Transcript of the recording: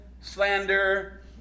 slander